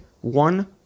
one